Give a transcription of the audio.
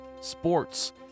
sports